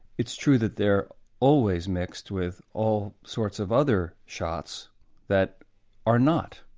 it's true that they're always mixed with all sorts of other shots that are not,